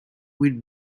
with